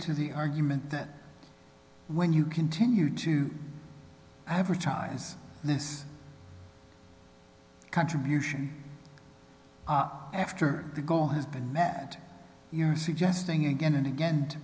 to the argument that when you continue to advertise this contribution after the goal has been met you're suggesting again and again to